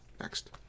Next